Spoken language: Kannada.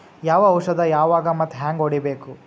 ಯಾವ ಔಷದ ಯಾವಾಗ ಮತ್ ಹ್ಯಾಂಗ್ ಹೊಡಿಬೇಕು?